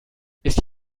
ist